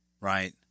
right